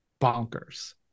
bonkers